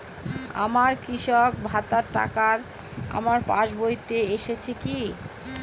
আমার কৃষক ভাতার টাকাটা আমার পাসবইতে এসেছে কি?